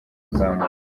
kuzamuka